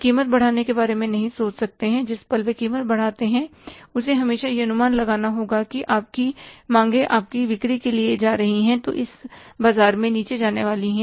वे कीमत बढ़ाने के बारे में नहीं सोच सकते जिस पल वे कीमत बढ़ाते हैं उसे हमेशा यह अनुमान लगाना होगा कि आपकी माँगें आपकी बिक्री के लिए जा रही हैं जो इस बाजार में नीचे जाने वाली हैं